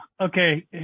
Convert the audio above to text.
okay